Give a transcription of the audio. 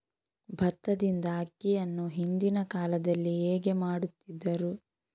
ಭತ್ತದಿಂದ ಅಕ್ಕಿಯನ್ನು ಹಿಂದಿನ ಕಾಲದಲ್ಲಿ ಹೇಗೆ ಮಾಡುತಿದ್ದರು?